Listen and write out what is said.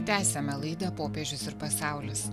tęsiame laidą popiežius ir pasaulis